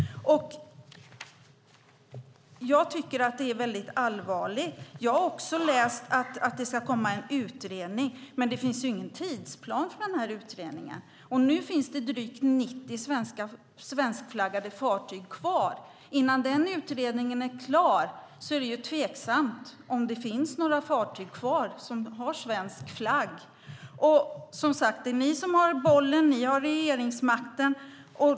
Jag tycker att det är väldigt allvarligt. Jag har också läst att det ska komma en utredning, men det finns ingen tidsplan för denna utredning. Nu finns det drygt 90 svenskflaggade fartyg kvar. När utredningen är klar är det tveksamt om det finns några fartyg kvar som har svensk flagg. Som sagt: Det är ni som har bollen. Det är ni som har regeringsmakten.